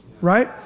right